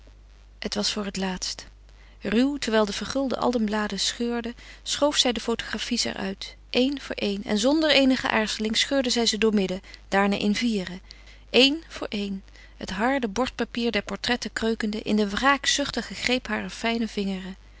het was voor het laatst ruw terwijl de vergulde albumbladen scheurden schoof zij de fotografies er uit één voor één en zonder eenige aarzeling scheurde zij ze doormidden daarna in vieren éen voor éen het harde bordpapier der portretten kreukende in den wraakzuchtigen greep harer fijne